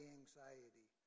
anxiety